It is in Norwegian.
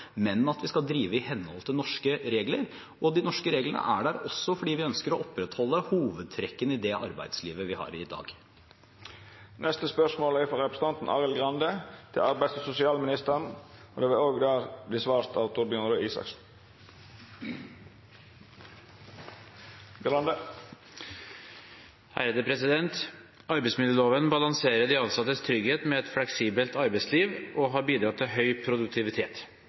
men at vi skal drive i henhold til norske regler. De norske reglene er der også fordi vi ønsker å opprettholde hovedtrekkene i det arbeidslivet vi har i dag. Dette spørsmålet, frå Arild Grande til arbeids- og sosialministeren, vert svart på av kunnskapsministeren på vegner av arbeids- og sosialministeren, som er bortreist. «Arbeidsmiljøloven balanserer de ansattes trygghet med et fleksibelt arbeidsliv og har bidratt til høy produktivitet.